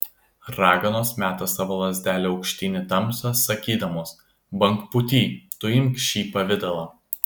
raganos meta savo lazdelę aukštyn į tamsą sakydamos bangpūty tu imk šį pavidalą